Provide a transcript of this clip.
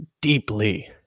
deeply